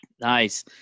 nice